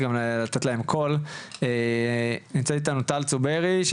אתנו טל צוברי,